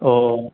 औ